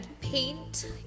paint